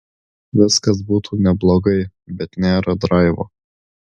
viskas būtų neblogai bet nėra draivo